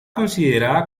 considerada